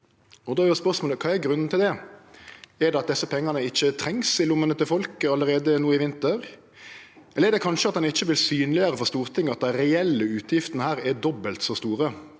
Kva er grunnen til det? Er grunnen at desse pengane ikkje trengst i lommene til folk allereie no i vinter, eller er det kanskje at ein ikkje vil synleggjere for Stortinget at dei reelle utgiftene her er dobbelt så store